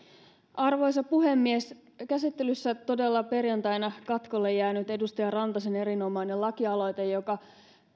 arvoisa puhemies käsittelyssä on todella perjantaina katkolle jäänyt edustaja rantasen erinomainen lakialoite joka